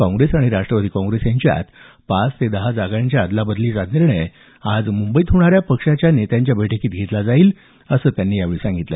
काँग्रेस आणि राष्ट्रवादी काँग्रेस यांच्यात पाच ते दहा जागांच्या अदलाबदलीचा निर्णय आज मुंबईत होणाऱ्या पक्षाच्या नेत्यांच्या बैठकीत घेतला जाईल असंही त्यांनी यावेळी सांगितलं